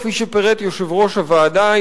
כפי שפירט יושב-ראש הוועדה,